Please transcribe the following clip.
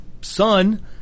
son